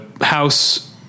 house